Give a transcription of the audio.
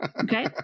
Okay